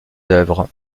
d’œuvre